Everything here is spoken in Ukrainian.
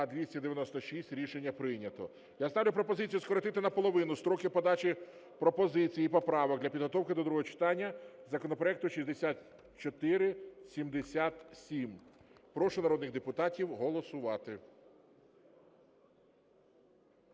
За-296 Рішення прийнято. Я ставлю пропозицію скоротити наполовину строки подачі пропозицій і поправок для підготовки до другого читання законопроекту 6477. Прошу народних депутатів голосувати.